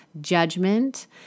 judgment